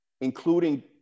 including